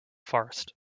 forest